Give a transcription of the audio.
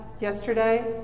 yesterday